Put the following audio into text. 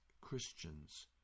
Christians